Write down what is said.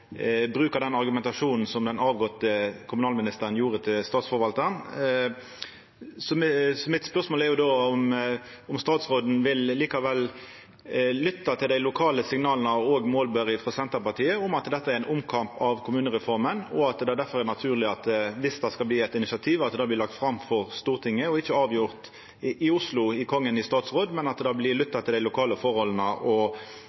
bruka den argumentasjonen som den avgåtte kommunalministeren brukte overfor Statsforvaltaren. Så spørsmålet mitt er: Vil statsråden likevel lytta til dei lokale signala – også målborne av Senterpartiet – om at dette er ein omkamp om kommunereforma, og at det difor er naturleg, dersom det blir eit initiativ, at det blir lagt fram for Stortinget og ikkje blir avgjort i Oslo av Kongen i statsråd –at det blir lytta til dei lokale signala og